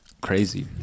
crazy